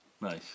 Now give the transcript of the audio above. Nice